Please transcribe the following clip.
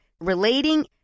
relating